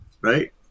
right